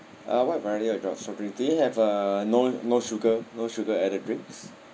uh what variety of soft drinks do you have uh no no sugar no sugar added drinks